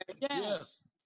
Yes